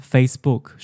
Facebook